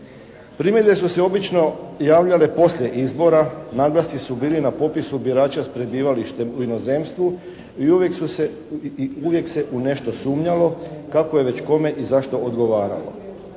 Primjedbe su se obično javljale poslije izbora, naglasi su bili na popisu birača s prebivalištem u inozemstvu i uvijek se u nešto sumnjalo, kako je već kome i zašto odgovaralo.